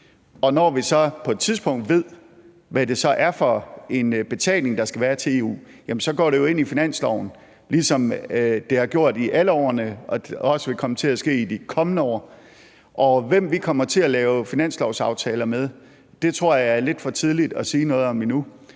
ved, hvad det så er for en betaling, der skal være til EU, så går det jo ind i finansloven, ligesom det har gjort i alle årene, og sådan som det også vil komme til at ske i de kommende år. Og hvem vi kommer til at lave finanslovsaftaler med, tror jeg er lidt for tidligt at sige noget om endnu.